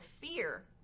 fear